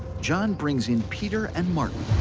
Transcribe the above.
john brings in peter and martin.